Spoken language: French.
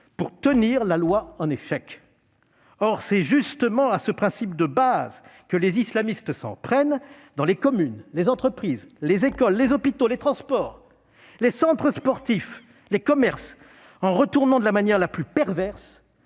pour tenir la loi en échec. Or c'est justement à ce principe de base que les islamistes s'en prennent dans les communes, les entreprises, les écoles, les hôpitaux, les transports, les centres sportifs, les commerces, en retournant de la manière la plus perverse